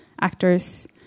Actors